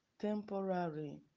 temporary